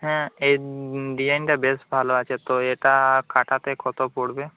হ্যাঁ এই ডিজাইনটা বেশ ভালো আছে তো এটা কাটাতে কত পড়বে